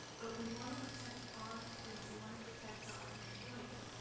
but we want to protect our students. we want to protect our employees.